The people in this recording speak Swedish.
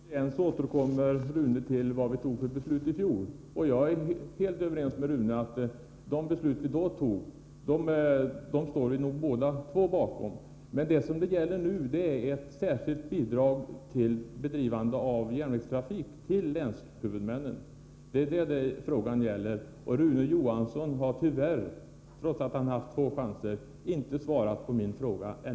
Herr talman! Återigen återkommer Rune Johansson till det beslut vi fattade i fjol. Jag är helt överens med honom på den punkten; det beslut vi då fattade står vi nog båda bakom. Vad det nu gäller är ett särskilt bidrag till länshuvudmännen för bedrivande av järnvägstrafik — det är vad frågan gäller. Rune Johansson har tyvärr inte —- trots att han haft två chanser — svarat på den frågan.